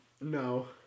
No